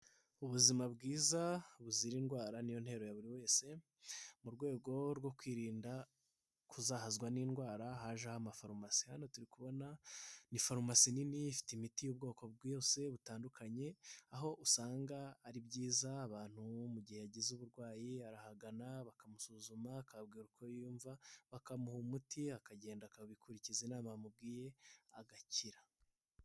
Ubuzima bwiza buzira indwara ni yo ntero ya buri wese, mu rwego rwo kwirinda kuzahazwa n'indwara hajeho amafarumasi, hano turi kubona ni farumasi nini ifite imiti y'ubwoko bwose butandukanye aho usanga ari byiza, abantu mu gihe yagize uburwayi arahagana bakamusuzuma, akabwira uko yiyumva, bakamuha umuti, akagenda akabikurikiza inama bamubwiye agakira.